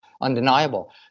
undeniable